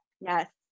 yes